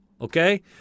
Okay